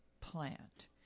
plant